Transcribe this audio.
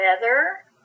weather